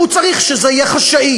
הוא צריך שזה יהיה חשאי,